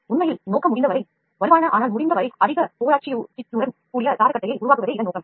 உண்மையில் நோக்கம் யாதெனில் முடிந்தவரை வலுவான ஆனால் அதிக புரைமையுடன் கூடிய scaffoldயை உருவாக்குவதே ஆகும்